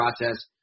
process